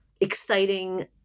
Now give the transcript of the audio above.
exciting